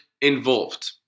involved